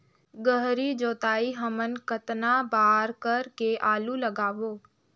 गहरी जोताई हमन कतना बार कर के आलू लगाबो?